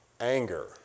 anger